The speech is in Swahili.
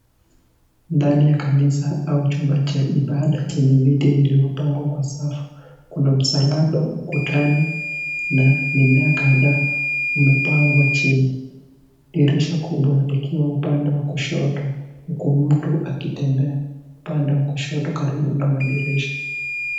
Ndani ya kanisa au chumba cha Ibada chenye vitu vilivyopangwa Kwa usawa, kuna msalaba ukutani na mimea kadhaa umepangwa chini. Dirisha kubwa upande wa kushoto huku MTU akitembea upande wa kushoto karibu na madirisha.